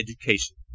education